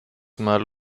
mal